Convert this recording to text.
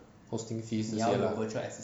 hosting fees 这些 lah